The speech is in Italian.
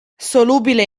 solubile